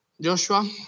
Joshua